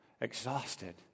Exhausted